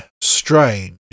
strange